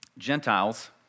Gentiles